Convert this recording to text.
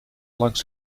langs